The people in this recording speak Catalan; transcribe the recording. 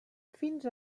fins